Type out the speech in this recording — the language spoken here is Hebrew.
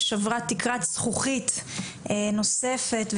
ששברה תקרת זכוכית נוספת,